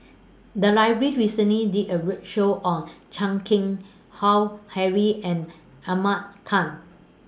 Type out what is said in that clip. The Library recently did A roadshow on Chan Keng Howe Harry and Ahmad Khan